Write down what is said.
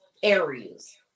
areas